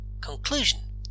conclusion